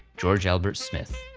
george albert smith,